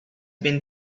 been